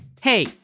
Hey